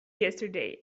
yesterday